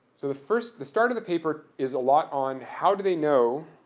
so the first the start of the paper is a lot on how do they know